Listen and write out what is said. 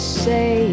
say